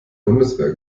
bundeswehr